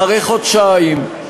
אחרי חודשיים,